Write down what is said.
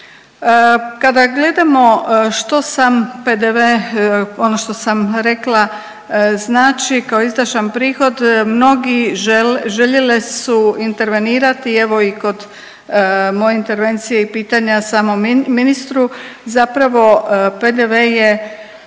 Kada gledamo što sam PDV, ono što sam rekla znači kao izdašan prihod mnogi željeli su intervenirati evo i kod moje intervencije i pitanja samom ministru zapravo PDV je